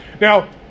now